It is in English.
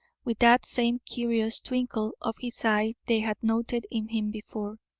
with that same curious twinkle of his eye they had noted in him before.